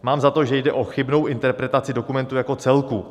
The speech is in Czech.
Mám za to, že jde o chybnou interpretaci dokumentu jako celku.